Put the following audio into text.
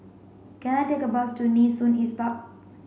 can I take a bus to Nee Soon East Park